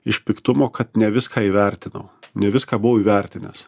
iš piktumo kad ne viską įvertinau ne viską buvau įvertinęs